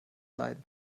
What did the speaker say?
leiden